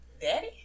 Daddy